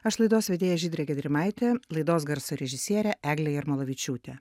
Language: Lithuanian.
aš laidos vedėja žydrė gedrimaitė laidos garso režisierė eglė jarmolavičiūtė